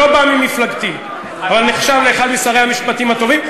שלא בא ממפלגתי אבל נחשב לאחד משרי המשפטים הטובים,